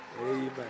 Amen